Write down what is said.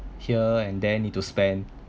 here and then need to spend